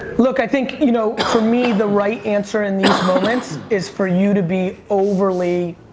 look, i think, you know for me, the right answer in these moments is for you to be overly.